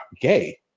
gay